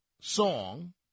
song